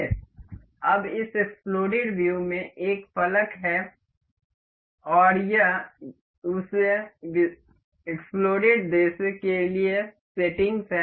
अब इस exploded view में एक फलक है और ये उस विस्फोट दृश्य के लिए सेटिंग्स हैं